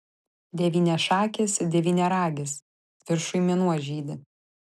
devyniašakis devyniaragis viršuj mėnuo žydi